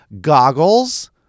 Goggles